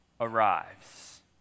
arrives